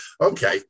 Okay